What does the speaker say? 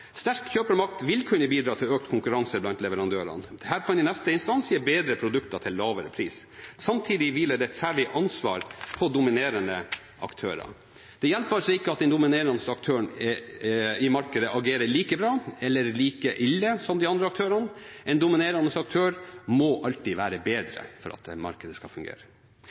Sterk kjøpermakt vil kunne bidra til økt konkurranse blant leverandørene. Dette kan i neste instans gi bedre produkter til lavere pris. Samtidig hviler det et særlig ansvar på dominerende aktører. Det hjelper altså ikke at den dominerende aktøren i markedet agerer like bra eller like ille som de andre aktørene. En dominerende aktør må alltid være bedre for at markedet skal fungere.